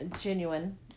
genuine